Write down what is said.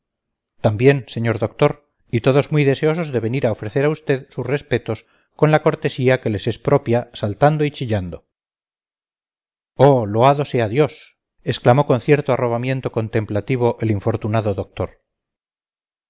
también señor doctor y todos muy deseosos de venir a ofrecer a usted sus respetos con la cortesía que les es propia saltando y chillando oh loado sea dios exclamó con cierto arrobamiento contemplativo el infortunado doctor